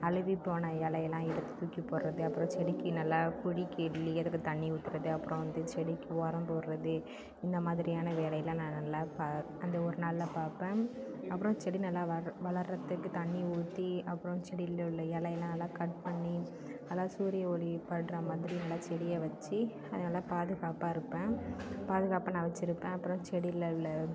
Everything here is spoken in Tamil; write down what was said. அழுகி போன இலை எல்லாம் எடுத்து தூக்கி போடுறது அப்புறம் செடிக்கு நல்லா கொடி கிள்ளி அதுக்கு தண்ணி ஊத்துறது அப்புறம் வந்து செடிக்கு உரம் போடுறது இந்த மாதிரியான வேலை எல்லாம் நான் நல்லா பா அந்த ஒரு நாளில் பார்ப்பேன் அப்புறம் செடி நல்லா வ வளர்கிறதுக்கு தண்ணி ஊற்றி அப்புறம் செடியில் உள்ள இலை எல்லாம் நல்லா கட் பண்ணி அதாவது சூரிய ஒளி படுற மாதிரி நல்லா செடியை வச்சு அது நல்லா பாதுகாப்பாக இருப்பேன் பாதுகாப்பாக நான் வச்சுருப்பேன் அப்புறம் செடியில் உள்ள